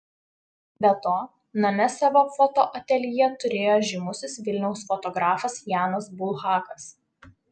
be to name savo fotoateljė turėjo žymusis vilniaus fotografas janas bulhakas